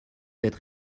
être